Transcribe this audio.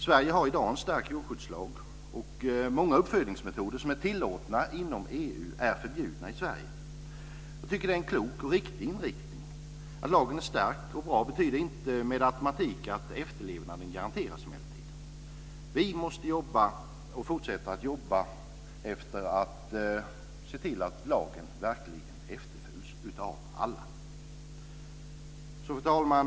Sverige har i dag en stark djurskyddslag, och många uppfödingsmetoder som är tillåtna inom EU är förbjudna i Sverige. Det tycker jag är en klok och riktig inriktning. Att lagen är stark och bra betyder emellertid inte med automatik att efterlevnaden garanteras. Vi måste fortsätta att jobba med att se till att lagen verkligen efterföljs av alla. Fru talman!